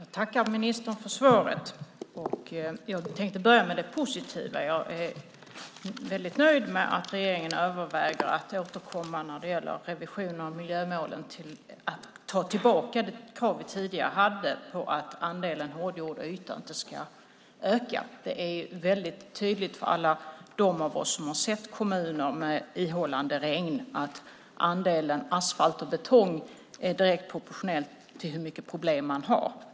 Herr talman! Jag tackar ministern för svaret. Jag tänkte börja med det positiva. Jag är väldigt nöjd med att regeringen överväger att återkomma när det gäller revisionen av miljömålen i fråga om att ta tillbaka det krav som vi tidigare hade på att andelen hårdgjorda ytor inte ska öka. Det är väldigt tydligt för alla oss som har sett kommuner med ihållande regn att andelen asfalt och betong är direkt proportionellt till hur mycket problem de har.